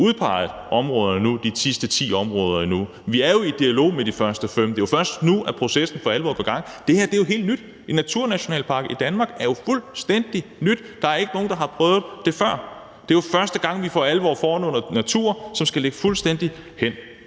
udpeget de sidste ti områder. Vi er i dialog i forhold til de første fem. Det er jo først nu, at processen for alvor går i gang. Det her er jo helt nyt. Naturnationalparker i Danmark er fuldstændig nyt; der er ikke nogen, der har prøvet det før. Det er jo første gang, vi for alvor får noget natur, som skal ligge fuldstændig hen.